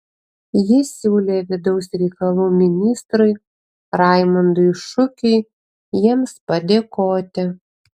ji siūlė vidaus reikalų ministrui raimundui šukiui jiems padėkoti